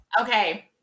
Okay